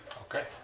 Okay